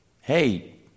Hey